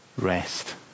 rest